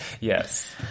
yes